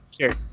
sure